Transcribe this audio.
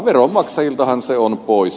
veronmaksajiltahan se on pois